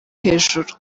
hejuru